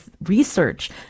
research